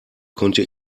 konnte